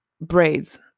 Braids